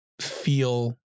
feel